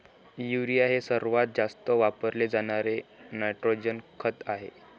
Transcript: urea हे सर्वात जास्त वापरले जाणारे नायट्रोजन खत आहे